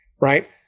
right